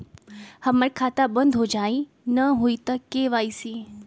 हमर खाता बंद होजाई न हुई त के.वाई.सी?